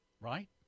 right